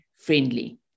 friendly